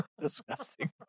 Disgusting